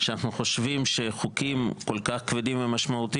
שאנחנו חושבים שחוקים כל כך כבדים ומשמעותיים,